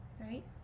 right